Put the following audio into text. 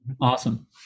Awesome